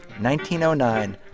1909